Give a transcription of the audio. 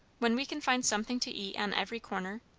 when we can find something to eat on every corner?